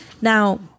Now